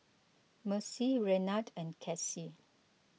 Macie Renard and Casie